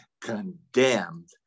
condemned